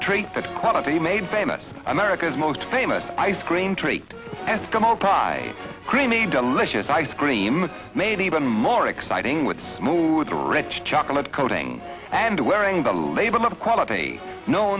trait that quality made famous america's most famous ice cream treat eskimo pie creamy delicious ice cream made even more exciting with smooth red chocolate coating and wearing the label of quality kno